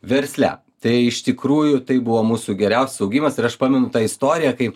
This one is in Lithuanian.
versle tai iš tikrųjų tai buvo mūsų geriausias augimas ir aš pamenu tą istoriją kaip